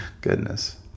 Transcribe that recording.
Goodness